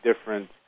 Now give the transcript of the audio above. different